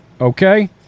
Okay